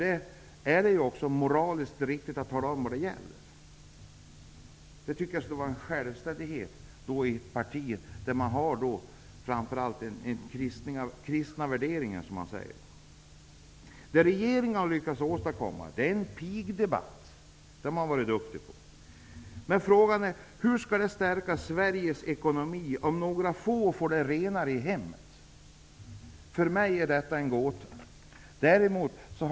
Det är moraliskt riktigt att tala om vad det gäller. Jag tycker att det skulle vara en självklarhet i ett parti som säger sig omfatta kristna värderingar. Regeringen har lyckats åstadkomma en pigdebatt. Det har man varit duktig på. Hur kommer det faktum att några få får det renare i hemmet att stärka Sveriges ekonomi?